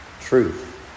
truth